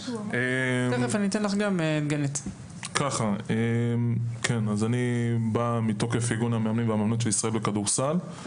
אני בא מטעם איגוד המאמנים והמאמנות של ישראל בכדורסל.